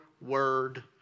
word